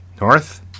North